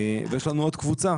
ויש לנו עוד קבוצה